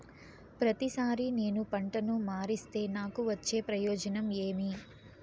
ప్రతిసారి నేను పంటను మారిస్తే నాకు వచ్చే ప్రయోజనం ఏమి?